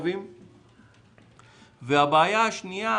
הבעיה השנייה